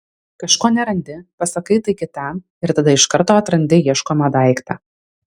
kažko nerandi pasakai tai kitam ir tada iš karto atrandi ieškomą daiktą